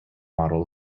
model